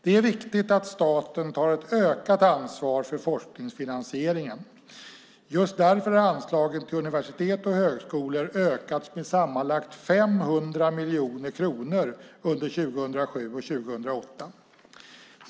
Det är viktigt att staten tar ett ökat ansvar för forskningsfinansieringen. Just därför har anslagen till universitet och högskolor ökats med sammanlagt 500 miljoner kronor under 2007 och 2008.